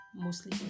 mostly